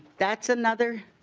that's another